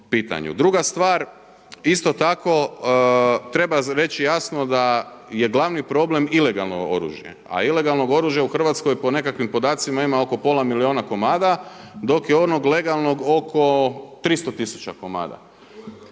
Druga stvar, isto tako treba reći jasno da je glavni problem ilegalno oružje, a ilegalnog oružja u Hrvatskoj po nekakvim podacima ima oko pola milijuna komada, dok je onog legalnog oko 300 tisuća komada.